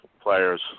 players